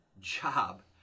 job